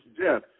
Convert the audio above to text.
death